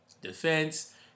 defense